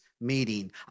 meeting